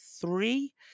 three